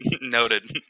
Noted